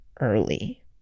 early